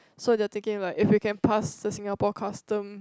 so they are thinking like if you can pass the Singapore custom